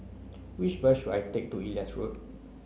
which bus should I take to Ellis Road